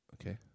Okay